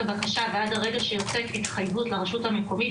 הבקשה ועד הרגע שיוצאת התחייבות לרשות המקומית,